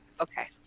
Okay